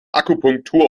akupunktur